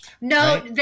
No